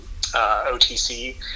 OTC